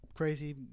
Crazy